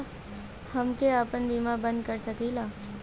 हमके आपन बीमा बन्द कर सकीला?